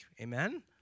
Amen